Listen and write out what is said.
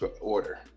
order